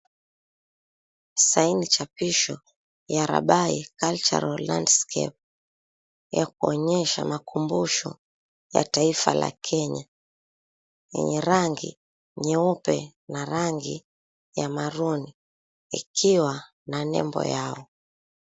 Saini chapisho ya Rabai Cultural Landscape ya kuonyesha makumbusho ya taifa la Kenya yenye rangi nyeupe na rangi ya maroon ikiwa na nembo yao.